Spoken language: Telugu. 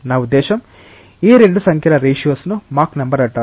నా ఉద్దేశ్యం ఈ 2 సంఖ్యల రేషియోస్ ను మాక్ నెంబర్ అంటారు